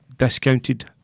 Discounted